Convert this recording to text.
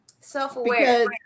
self-aware